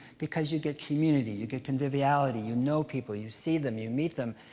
because you get community, you get conviviality, you know people, you see them, you meet them.